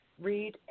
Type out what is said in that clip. read